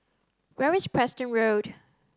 where is Preston Road